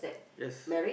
yes